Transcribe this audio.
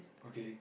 okay